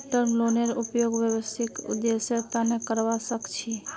term लोनेर उपयोग व्यावसायिक उद्देश्येर तना करावा सख छी